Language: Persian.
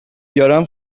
بیارم